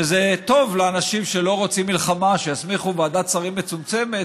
שזה טוב לאנשים שלא רוצים מלחמה שיסמיכו ועדת שרים מצומצמת,